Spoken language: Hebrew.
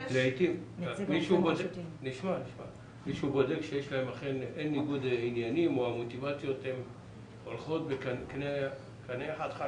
מישהו בודק שאין להם אכן ניגוד עניינים או המוטיבציות הולכות בקנה אחד?